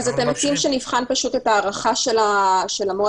אז אתם מציעים שנבחן הארכת המועד,